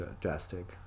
drastic